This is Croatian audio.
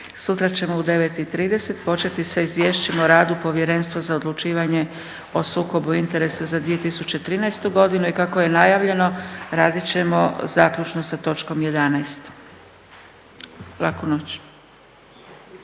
sutra ćemo u 9,30 početi sa Izvješćem o radu Povjerenstva za odlučivanje o sukobu interesa za 2013.godinu i kako je najavljeno radit ćemo zaključno sa točkom 11. Laku noć.